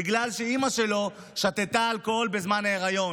בגלל שאימא שלו שתתה אלכוהול בזמן ההיריון.